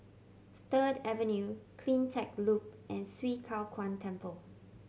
Third Avenue Cleantech Loop and Swee Kow Kuan Temple